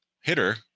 hitter